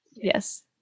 Yes